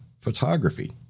photography